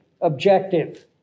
objective